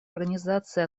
организации